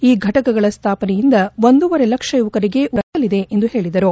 ಈ ಘಟಕಗಳ ಸ್ನಾಪನೆಯಿಂದ ಒಂದೂವರೆ ಲಕ್ಷ ಯುವಕರಿಗೆ ಉದ್ನೋಗ ಕೂಡ ಸಿಗಲಿದೆ ಎಂದು ಹೇಳಿದರು